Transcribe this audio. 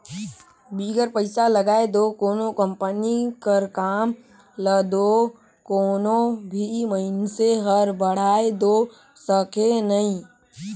बिगर पइसा लगाए दो कोनो कंपनी कर काम ल दो कोनो भी मइनसे हर बढ़ाए दो सके नई